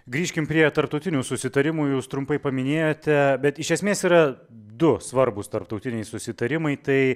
grįžkim prie tarptautinių susitarimų jūs trumpai paminėjote bet iš esmės yra du svarbūs tarptautiniai susitarimai tai